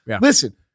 Listen